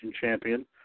Champion